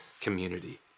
community